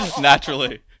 Naturally